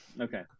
Okay